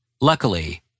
Luckily